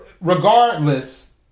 Regardless